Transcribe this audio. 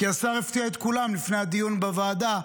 כי השר הפתיע את כולם לפני הדיון בוועדה,